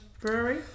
Brewery